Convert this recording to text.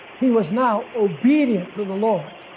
he was now obedient to the lord,